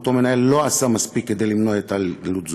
ואותו מנהל לא עשה מספיק כדי למנוע את התעללות,